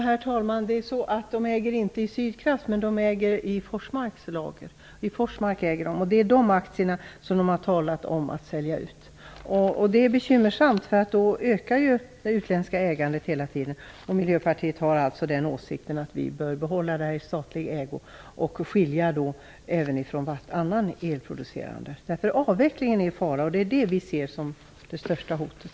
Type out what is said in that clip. Herr talman! Skellefteå kommun äger inte aktier i Sydkraft utan i Forsmark. Det är dessa aktier som de har talat om att sälja ut. Det är bekymmersamt eftersom det utländska ägandet ökar då. Miljöpartiet har alltså den åsikten att vi bör behålla detta i statlig ägo och även skilja det från annan elproduktion. Avvecklingen är i fara, och det ser vi som det största hotet.